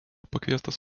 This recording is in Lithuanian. pakviestas